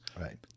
Right